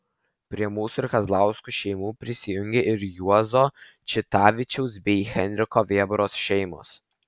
prie mūsų ir kazlauskų šeimų prijungė ir juozo čitavičiaus bei henriko vėbros šeimos